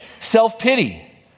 Self-pity